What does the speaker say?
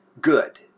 good